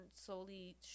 solely